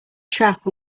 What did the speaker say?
trap